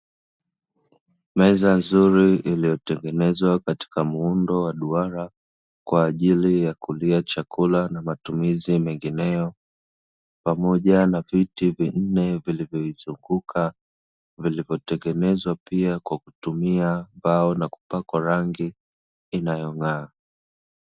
Meza nzuri iliyotengenezwa katika muundo wa duara, kwa ajili ya kulia chakula na matumizi mengineyo, pamoja na viti vinne vilivyoizunguka, vilivyotengenezwa pia kwa kutumia mbao na kupakwa rangi inayong'aa.